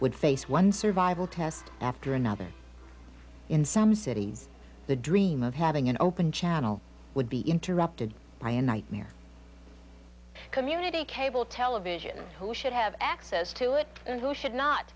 would face one survival test after another in some cities the dream of having an open channel would be interrupted by a nightmare community cable television who should have access to it and who should not